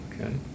Okay